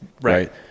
right